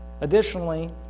Additionally